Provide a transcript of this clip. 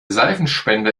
seifenspender